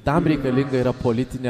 tam reikalinga yra politinė